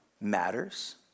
matters